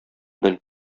бел